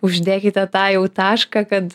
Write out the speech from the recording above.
uždėkite tą jau tašką kad